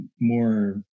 more